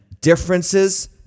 differences